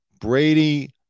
brady